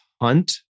hunt